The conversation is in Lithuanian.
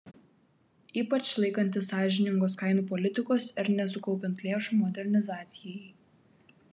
ypač laikantis sąžiningos kainų politikos ir nesukaupiant lėšų modernizacijai